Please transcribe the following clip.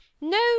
no